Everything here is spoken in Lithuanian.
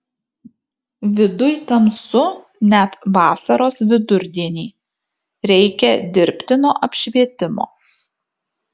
viduj tamsu net vasaros vidurdienį reikia dirbtino apšvietimo